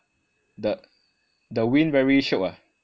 the~ the wind very shiok ah